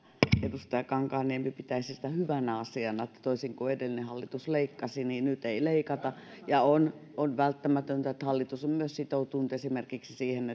edustaja kankaanniemi pitäisi sitä hyvänä asiana että toisin kuin edellinen hallitus nyt ei leikata ja on on välttämätöntä että hallitus on myös sitoutunut esimerkiksi siihen